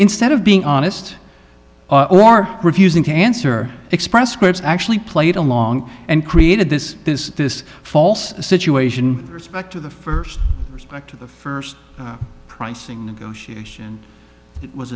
instead of being honest or refusing to answer express scripts actually played along and created this this this false situation back to the first back to the first pricing negotiation was